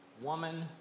woman